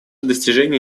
достижения